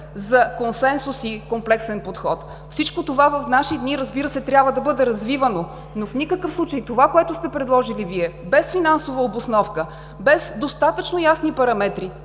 за консенсус и комплексен подход. Всичко това в наши дни, разбира се, трябва да бъде развивано, но в никакъв случай това, което сте предложили Вие, без финансова обосновка, без достатъчно ясни параметри,